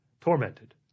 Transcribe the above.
tormented